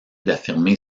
d’affirmer